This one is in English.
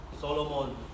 Solomon